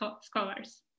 scholars